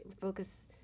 focus